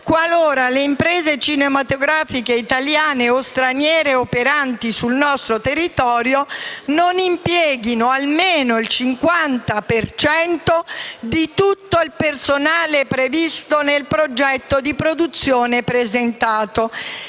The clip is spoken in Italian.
qualora le imprese cinematografiche italiane o straniere operanti sul nostro territorio non impieghino almeno il 50 per cento di tutto il personale previsto nel progetto di produzione presentato.